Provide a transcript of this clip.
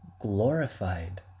glorified